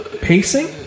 pacing